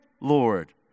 Lord